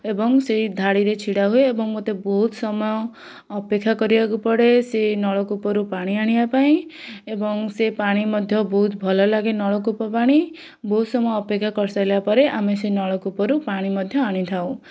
ଏବଂ ସେଇ ଧାଡ଼ିରେ ଛିଡ଼ାହୁଏ ଏବଂ ମତେ ବହୁତ ସମୟ ଅପେକ୍ଷା କରିବାକୁ ପଡ଼େ ସେଇ ନଳକୂପରୁ ପାଣି ଆଣିବା ପାଇଁ ଏବଂ ସେ ପାଣି ମଧ୍ୟ ବହୁତ ଭଲ ଲାଗେ ନଳକୂପ ପାଣି ବହୁତ ସମୟ ଅପେକ୍ଷା କରିସାରିଲା ପରେ ଆମେ ସେ ନଳକୂପରୁ ପାଣି ମଧ୍ୟ ଆଣିଥାଉ